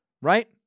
right